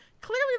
clearly